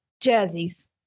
jerseys